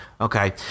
Okay